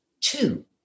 Two